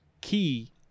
key